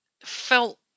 felt